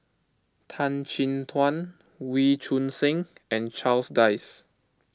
Tan Chin Tuan Wee Choon Seng and Charles Dyce